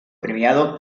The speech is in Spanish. premiado